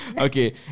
Okay